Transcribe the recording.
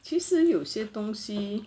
其实有些东西